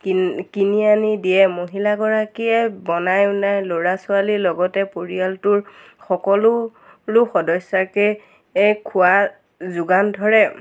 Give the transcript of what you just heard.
কিন কিনি আনি দিয়ে মহিলাগৰাকীয়ে বনাই অনাই ল'ৰা ছোৱালীৰ লগতে পৰিয়ালটোৰ সকলো লো সদস্যকে এ খোৱা যোগান ধৰে